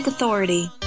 Authority